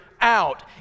out